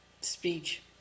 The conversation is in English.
speech